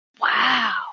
Wow